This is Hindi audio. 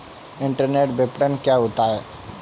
इंटरनेट विपणन क्या होता है?